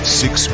six